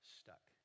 stuck